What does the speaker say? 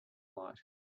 light